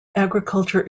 agriculture